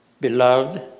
beloved